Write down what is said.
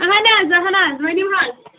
اہن حظ اہن حظ ؤنِو حظ